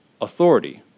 authority